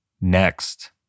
Next